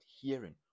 hearing